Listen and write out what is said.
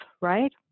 right